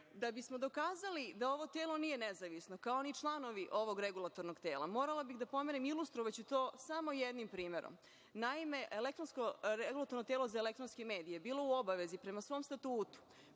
bismo dokazali da ovo telo nije nezavisno, kao ni članovi ovog regulatornog tela, morala bih da pomenem i ilustrovaću to samo jednim primerom. Naime, Regulatorno telo za elektronske medije je bilo u obavezi, prema svom statutu,